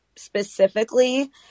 Specifically